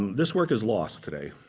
this work is lost today.